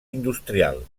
industrial